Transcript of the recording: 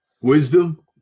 wisdom